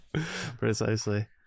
precisely